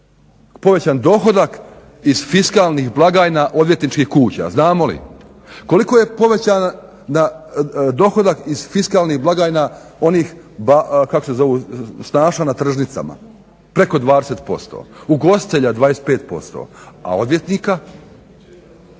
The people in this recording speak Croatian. povećan dohodak iz fiskalnih blagajna odvjetničkih kuća? Znamo li? Koliko je povećan dohodak iz fiskalnih blagajni onih kako se zovu snaša na tržnicama? Preko 20%, ugostitelja 25%, a odvjetnika?